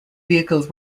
vehicles